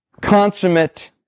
consummate